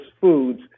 foods